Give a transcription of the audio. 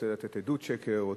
רוצה לתת עדות שקר,